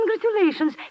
congratulations